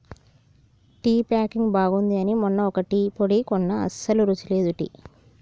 tea packing బాగుంది అని మొన్న ఒక టీ పొడి కొన్న అస్సలు రుచి లేదు టీ